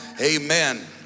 Amen